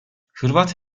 hırvat